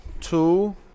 two